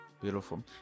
Beautiful